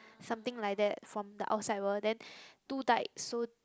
something like that from the outside world then two died so